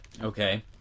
Okay